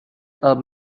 are